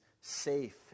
safe